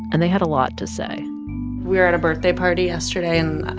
and they had a lot to say we were at a birthday party yesterday. and,